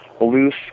loose